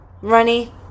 runny